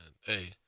Hey